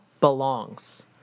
belongs